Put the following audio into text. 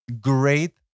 great